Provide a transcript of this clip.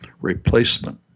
replacement